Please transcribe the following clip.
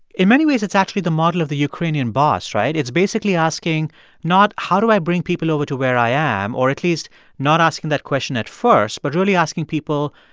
in many ways, it's actually the model of the ukrainian boss, right? it's basically asking not how do i bring people over to where i am, or at least not asking that question at first, but really asking people,